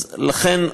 לכן,